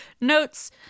notes